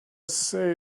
say